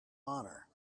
honor